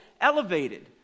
elevated